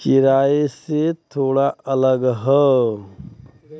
किराए से थोड़ा अलग हौ